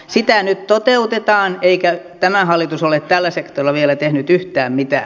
sitä nyt toteutetaan eikä tämä hallitus ole tällä sektorilla vielä tehnyt yhtään mitään